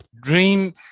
dream